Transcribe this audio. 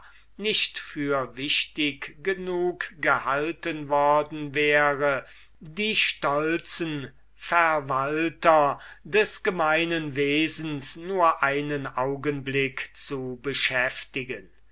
nicht für wichtig genug gehalten worden wäre die stolzen verwalter des gemeinen wesens nur einen augenblick zu beschäftigen